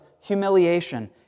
humiliation